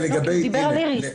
הוא דיבר על איריס.